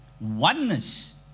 oneness